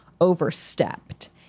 Overstepped